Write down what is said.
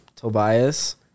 Tobias